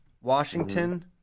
Washington